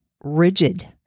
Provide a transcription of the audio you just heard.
rigid